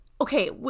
okay